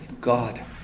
God